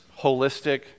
holistic